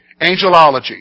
Angelology